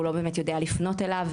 הוא לא באמת יודע לפנות אליו,